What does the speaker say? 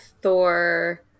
Thor